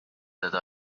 teda